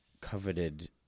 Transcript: coveted